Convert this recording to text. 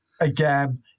again